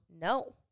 No